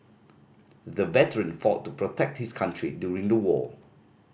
the veteran fought to protect his country during the war